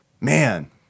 Man